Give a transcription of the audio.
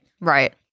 Right